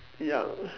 ya